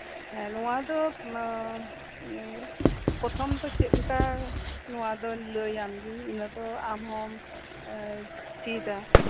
ᱱᱚᱣᱟ ᱫᱚ ᱯᱨᱚᱛᱷᱚᱢ ᱫᱚ ᱪᱮᱫ ᱞᱮᱠᱟ ᱟᱫᱚᱧ ᱞᱟᱹᱭ ᱟᱢ ᱜᱮᱧ ᱤᱱᱟᱹ ᱫᱚ ᱟᱢᱦᱚᱢ ᱪᱮᱫᱟ